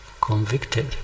convicted